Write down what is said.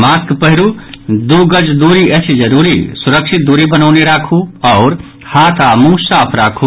mask पहिरू दू गज दूरी अछि जरूरी सुरक्षित दूरी बनौने राखू आओर हाथ आ मुंह साफ राखू